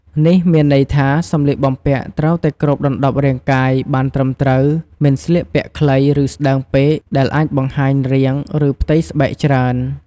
នេះមានន័យថា សម្លៀកបំពាក់ត្រូវតែគ្របដណ្ដប់រាងកាយបានត្រឹមត្រូវ មិនស្លៀកពាក់ខ្លី ឬស្តើងពេកដែលអាចបង្ហាញរាង ឬផ្ទៃស្បែកច្រើន។